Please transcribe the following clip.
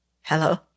Hello